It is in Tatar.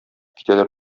китәләр